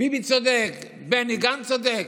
ביבי צודק, בני גנץ צודק?